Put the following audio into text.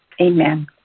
amen